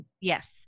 Yes